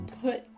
put